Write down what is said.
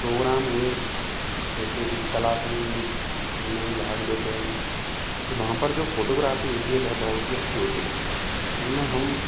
programme हुए जैसेकि कला संगीत इनमें भी भाग लेते हैं तो वहाँ पर जो फोटोग्राफी होती है वह बहुत ही अच्छी होती है उनमें हम